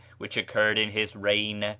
which occurred in his reign,